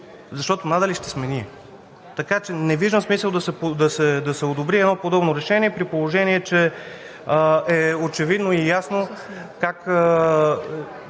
Защото надали ще сме ние. Така че не виждам смисъл да се одобри едно подобно решение, при положение че е очевидно и ясно как